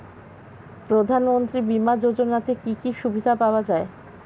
প্রধানমন্ত্রী বিমা যোজনাতে কি কি সুবিধা পাওয়া যায়?